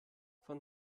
von